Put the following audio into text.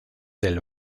del